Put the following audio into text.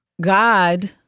God